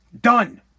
Done